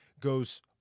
goes